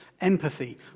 empathy